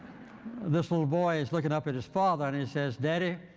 this little boy is looking up at his father, and he says, daddy,